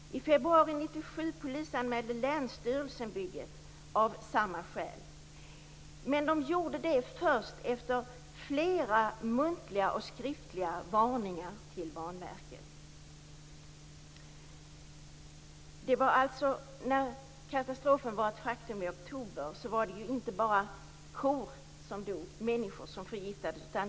I februari 1997 polisanmälde länsstyrelsen bygget av samma skäl. Men polisanmälan gjordes först efter flera muntliga och skriftliga varningar till Banverket. När katastrofen var ett faktum i oktober var det inte bara kor som dog och människor som förgiftades.